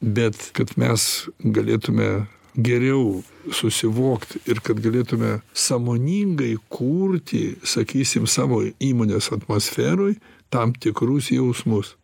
bet kad mes galėtume geriau susivokt ir kad galėtume sąmoningai kurti sakysim savo įmonės atmosferoj tam tikrus jausmus